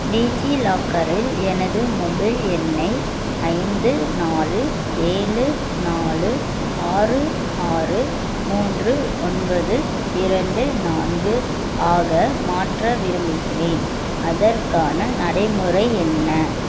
டிஜிலாக்கரில் எனது மொபைல் எண்ணை ஐந்து நாலு ஏழு நாலு ஆறு ஆறு மூன்று ஒன்பது இரண்டு நான்கு ஆக மாற்ற விரும்புகிறேன் அதற்கான நடைமுறை என்ன